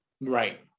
Right